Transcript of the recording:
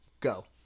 Go